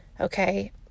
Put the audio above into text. Okay